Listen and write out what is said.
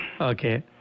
Okay